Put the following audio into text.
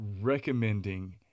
recommending